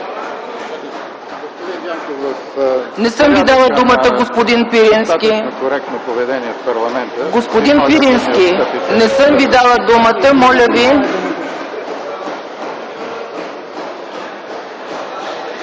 Не съм Ви дала думата, господин Пирински. Господин Пирински, не съм ви дала думата, моля Ви!